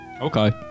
Okay